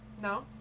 No